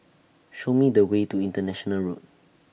Show Me The Way to International Road